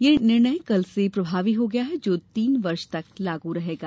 यह निर्णय कल से प्रभावी हो गया जो तीन वर्ष तक लाग रहेगा